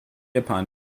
upon